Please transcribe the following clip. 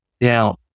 Now